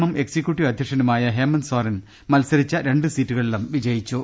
M executive അധ്യക്ഷനുമായ ഹേമന്ത് സോറൻ മത്സരിച്ച രണ്ട് സീറ്റുകളിലും വിജയിച്ചു